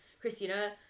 Christina